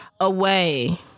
away